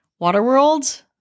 Waterworld